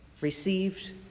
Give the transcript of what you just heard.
received